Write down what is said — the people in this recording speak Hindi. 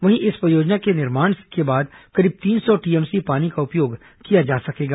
वहीं इस परियोजना के निर्माण के बाद करीब तीन सौ टीएमसी पानी का उपयोग किया जा सकेगा